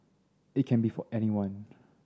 it can be for anyone